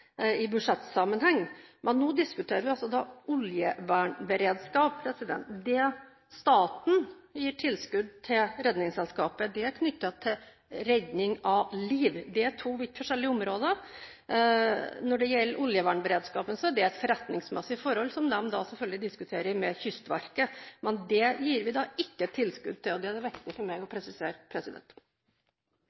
i budsjettsammenheng. Men nå diskuterer vi altså oljevernberedskap. Staten gir tilskudd til Redningsselskapet – det er knyttet til redning av liv. Det er to vidt forskjellige områder. Når det gjelder oljevernberedskapen, er det et forretningsmessig forhold som de selvfølgelig diskuterer med Kystverket, men det gir vi ikke tilskudd til. Det er det viktig for meg å presisere.